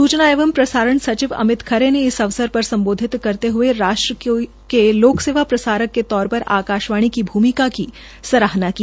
सूचना एवं प्रसारण सचिव अमित खरे ने इस अवसर पर सम्बोधित करते हये राष्ट्र के लोकसेवा प्रसारक के तौर पर पर आकाशवाणी की भूमिका की सराहना की